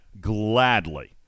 gladly